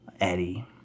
Eddie